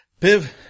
piv